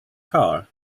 car